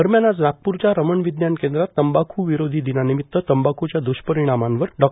दरम्यान आज नागपूरच्या रमण विज्ञान केंद्रात तंबाख् विरोधी दिनानिमित्त तंबाख्रच्या दुष्परिणामांवर डॉ